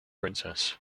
princess